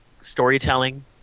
storytelling